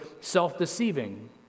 self-deceiving